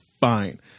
fine